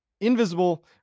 invisible